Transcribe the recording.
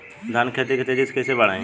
धान क खेती के तेजी से कइसे बढ़ाई?